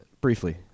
briefly